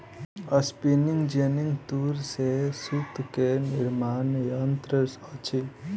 spinning jenny तूर से सूत निर्माण के यंत्र अछि